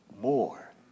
more